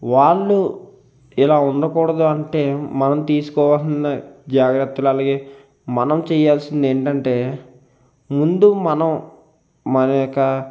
వాళ్ళు ఇలా ఉండకూడదు అంటే మనం తీసుకోవలసిన జాగ్రత్తలు అలాగే మనం చేయాల్సింది ఏంటంటే ముందు మనం మన యొక్క